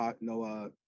no